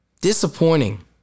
Disappointing